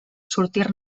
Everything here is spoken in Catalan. sortir